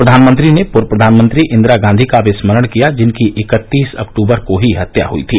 प्रधानमंत्री ने पूर्व प्रधानमंत्री इंदिरा गांधी का भी स्मरण किया जिनकी इक्कतीस अक्टूबर को ही हत्या हुई थी